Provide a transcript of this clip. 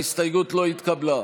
ההסתייגות לא התקבלה.